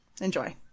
Enjoy